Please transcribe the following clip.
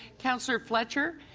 councillor fletcher,